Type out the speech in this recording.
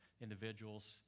individuals